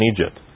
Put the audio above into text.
Egypt